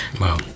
wow